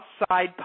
outside